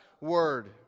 word